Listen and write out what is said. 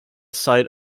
site